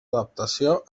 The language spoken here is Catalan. adaptació